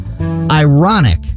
Ironic